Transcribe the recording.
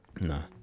no